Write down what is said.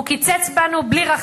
והוא קיצץ בנו בלי רחם.